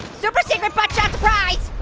super-secret butt-shot surprise.